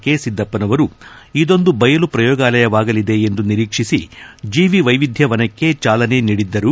ಕೆಸಿದ್ಧಪ್ಪನವರು ಇದೊಂದು ಬಯಲು ಪ್ರಯೋಗಾಲಯವಾಗಲಿದೆ ಎಂದು ನಿರೀಕ್ಷಿಸಿ ಜೀವಿವೈವಿಧ್ಯವನಕ್ಕೆ ಚಾಲನೆ ನೀಡಿದ್ದರು